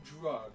drug